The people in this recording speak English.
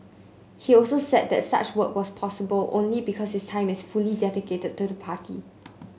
he also said that such work was possible only because his time is fully dedicated to the party